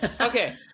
okay